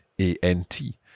A-N-T